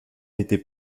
été